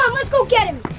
let's go get him!